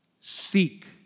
Seek